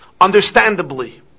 Understandably